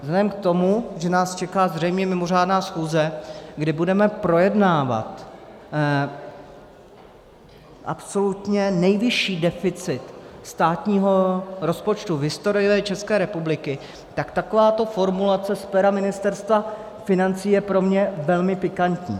Vzhledem k tomu, že nás čeká zřejmě mimořádná schůze, kdy budeme projednávat absolutně nejvyšší deficit státního rozpočtu v historii České republiky, tak takováto formulace z pera Ministerstva financí je pro mě velmi pikantní.